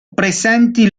presenti